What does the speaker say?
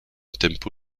tempo